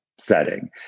setting